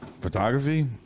Photography